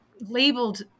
labeled